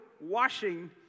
washing